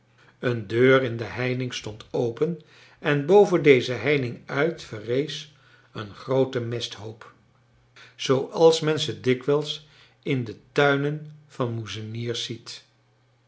een deur in de heining stond open en boven deze heining uit verrees een groote mesthoop zooals men ze dikwijls in de tuinen van moezeniers ziet